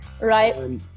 Right